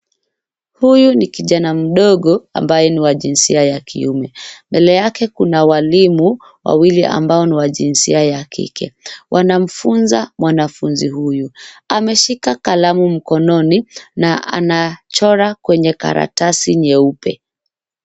Huyu ni kijana mdogo ambaye ni wa jinsia ya kiume. Mbele yake kuna walimu wawili ambao ni wa jinsia ya kike. Wanamfunza mwanafunzi huyu. Ameshika kalamu mkononi na anachora kwenye karatasi nyeupe.